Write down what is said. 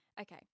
okay